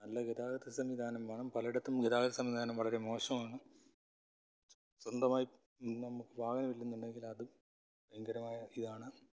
നല്ല ഗതാഗത സംവിധാനം വേണം പലയിടത്തും ഗതാഗത സംവിധാനം വളരെ മോശമാണ് സ്വന്തമായി നമു വാഹനമില്ല എന്നുണ്ടെങ്കിൽ അത് ഭയങ്കരമായ ഇതാണ്